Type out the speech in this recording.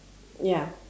ya